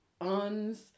uns